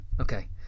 Okay